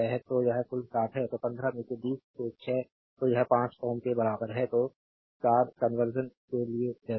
तो यह कुल 60 है तो 15 में 20 से 6 तो यह 5 Ω के बराबर है जो स्टारकंवर्सन के लिए डेल्टा है